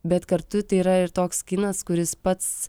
bet kartu tai yra ir toks kinas kuris pats